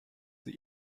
sie